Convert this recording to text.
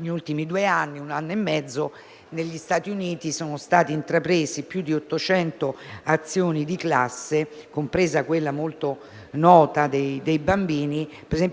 nell'ultimo anno e mezzo negli Stati Uniti sono state intraprese più di 800 azioni di classe, compresa quella molto nota dei bambini